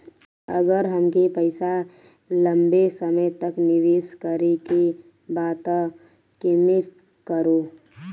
अगर हमके पईसा लंबे समय तक निवेश करेके बा त केमें करों?